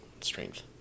strength